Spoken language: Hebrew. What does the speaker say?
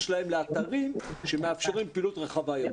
שלהם לאתרים שמאפשרים פעילות רחבה יותר.